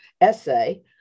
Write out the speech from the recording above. essay